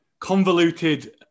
convoluted